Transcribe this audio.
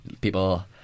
people